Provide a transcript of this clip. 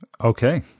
Okay